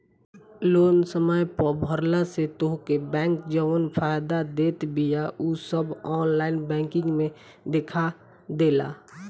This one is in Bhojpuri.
लोन समय पअ भरला से तोहके बैंक जवन फायदा देत बिया उ सब ऑनलाइन बैंकिंग में देखा देला